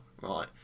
right